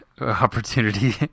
opportunity